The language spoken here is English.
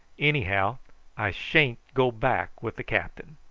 anyhow i sha'n't go back with the captain.